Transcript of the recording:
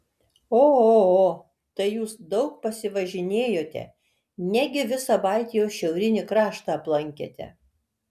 o o o tai jūs daug pasivažinėjote negi visą baltijos šiaurinį kraštą aplankėte